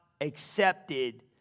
accepted